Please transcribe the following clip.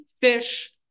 fish